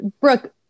Brooke